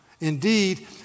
indeed